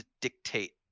dictate